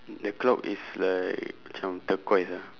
the clock is like macam turquoise ah